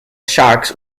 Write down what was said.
sharks